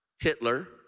Hitler